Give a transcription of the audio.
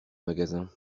magasin